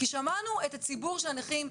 כי שמענו את הציבור של הנכים,